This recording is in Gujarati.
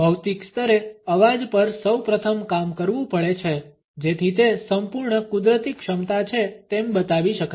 ભૌતિક સ્તરે અવાજ પર સૌ પ્રથમ કામ કરવું પડે છે જેથી તે સંપૂર્ણ કુદરતી ક્ષમતા છે તેમ બતાવી શકાય